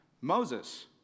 Moses